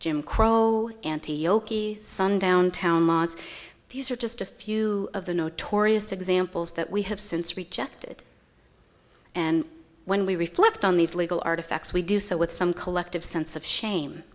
jim crow auntie yochi sundown town laws these are just a few of the notorious examples that we have since rejected and when we reflect on these legal artifacts we do so with some collective sense of shame